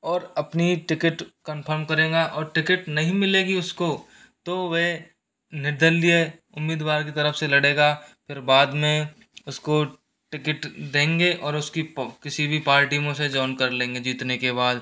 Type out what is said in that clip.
और अपनी ticket confirm करेगा और टिकट नहीं मिलेगी उसको तो वह निर्दलीय उम्मीदवार की तरफ़ से लड़ेगा फिर बाद में उसको टिकट देंगे और उसकी प किसी भी पार्टी में उसे जॉन कर लेंगे जीतने के बाद